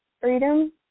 Freedom